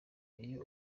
iyo